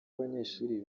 abanyeshuri